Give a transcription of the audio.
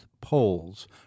polls